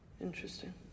Interesting